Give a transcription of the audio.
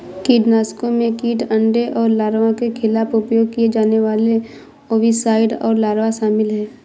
कीटनाशकों में कीट अंडे और लार्वा के खिलाफ उपयोग किए जाने वाले ओविसाइड और लार्वा शामिल हैं